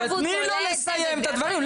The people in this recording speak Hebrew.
אבל תני לו לסיים את הדברים.